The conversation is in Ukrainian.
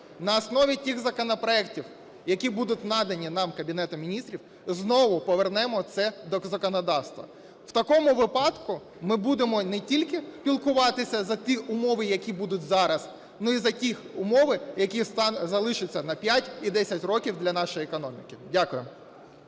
на основі тих законопроектів, які будуть надані нам Кабінетом Міністрів, знову повернемо це до законодавства. У такому випадку ми будемо не тільки піклуватися за ті умови, які будуть зараз, але і за ті умови, які залишаться на п'ять і десять років для нашої економіки. Дякую.